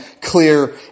clear